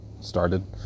started